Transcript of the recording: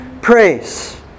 praise